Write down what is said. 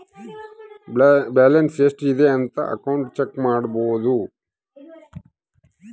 balance ಎಷ್ಟ್ ಇದೆ ಅಂತ ಅಕೌಂಟ್ ಚೆಕ್ ಮಾಡಬೋದು